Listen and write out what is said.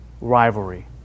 rivalry